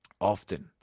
often